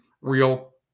real